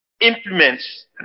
implements